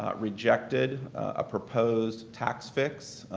ah rejected a proposed tax fix.